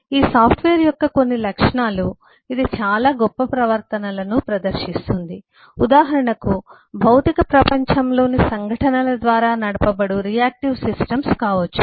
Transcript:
ఈ సాఫ్ట్వేర్ యొక్క కొన్ని లక్షణాలు ఇది చాలా గొప్ప ప్రవర్తనలను ప్రదర్శిస్తుంది ఉదాహరణకు భౌతిక ప్రపంచంలోని సంఘటనల ద్వారా నడపబడు రియాక్టివ్ సిస్టమ్స్ కావచ్చు